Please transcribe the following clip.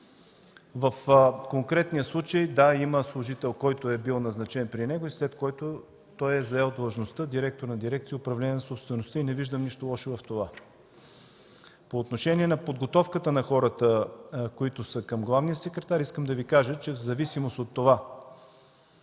в конкретния случай има служител, който е бил назначен при него и след което той е заел длъжността директор на дирекция „Управление на собствеността”, и не виждам нищо лошо в това. По отношение на подготовката на хората, които са към главния секретар. Искам да Ви кажа, че в зависимост от това